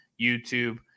YouTube